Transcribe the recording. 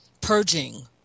purging